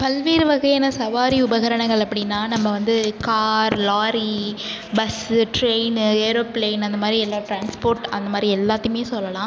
பல்வேறு வகையான சவாரி உபகரணங்கள் அப்படின்னா நம்ப வந்து கார் லாரி பஸ்ஸு ட்ரெய்ன்னு ஏரோப்ளேன் அந்த மாரி எல்லா ட்ரான்ஸ்போர்ட் அந்த மாரி எல்லாத்தையுமே சொல்லலாம்